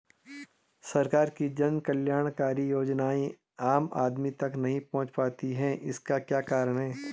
सरकार की जन कल्याणकारी योजनाएँ आम आदमी तक नहीं पहुंच पाती हैं इसका क्या कारण है?